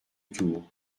tour